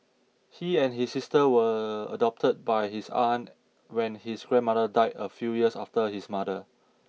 he and his sister were adopted by his aunt when his grandmother died a few years after his mother